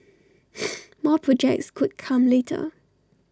more projects could come later